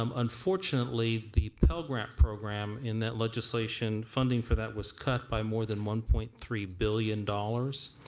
um unfortunately the pell grant program in that legislation funding for that was cut by more than one point three billion dollars.